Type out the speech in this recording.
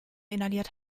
inhaliert